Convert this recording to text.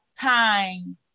time